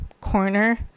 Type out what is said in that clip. corner